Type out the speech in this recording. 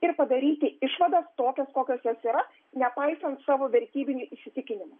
ir padaryti išvadas tokias kokios jos yra nepaisant savo vertybinių įsitikinimų